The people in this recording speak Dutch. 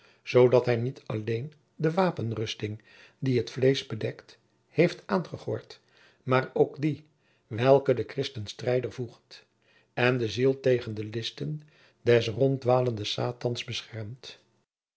zoodat hij niet alleen de wapenrusting die het vleesch bedekt heeft aangegord maar ook die welke den christen strijder voegt en de ziel tegen de listen des ronddwalenden satans beschermt